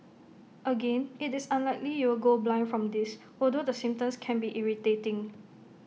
again IT is unlikely you will go blind from this although the symptoms can be irritating